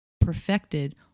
perfected